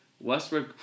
Westbrook